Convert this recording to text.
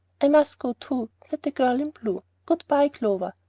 i must go too, said the girl in blue. good-by, clover.